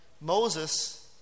Moses